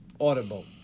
Audible